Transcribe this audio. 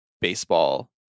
baseball